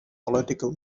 political